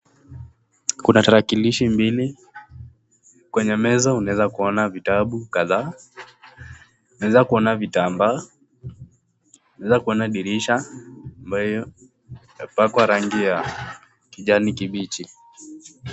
Kuna tarakilishi mbili. Kwenye meza unaweza kuona vitabu kadhaa. Unaweza kuona vitambaa. Unaweza kuona dirisha ambayo imepakwa rangi ya kijani kibichi.